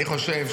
אני מבקש ממך.